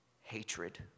hatred